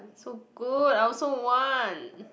so good I also want